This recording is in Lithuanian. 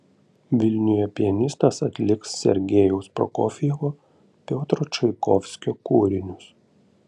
vilniuje pianistas atliks sergejaus prokofjevo piotro čaikovskio kūrinius